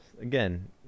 again